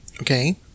Okay